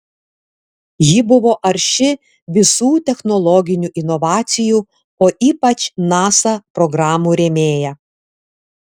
ji buvo arši visų technologinių inovacijų o ypač nasa programų rėmėja